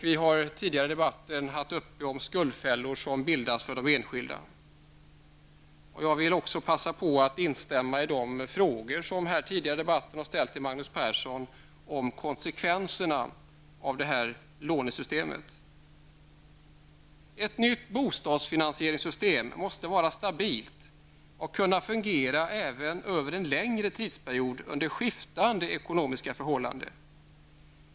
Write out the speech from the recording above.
Vi har tidigare i debatten berört de skuldfällor som bildas för de enskilda. Jag vill också passa på att instämma i de frågor som tidigare under debatten har ställts till Magnus Persson om konsekvenserna av detta lånesystem. Ett nytt bostadsfinansieringssystem måste vara stabilt och även kunna fungera över en längre tidsperiod, under skiftande ekonomiska förhållanden.